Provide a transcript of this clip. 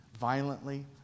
violently